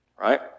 Right